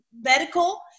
medical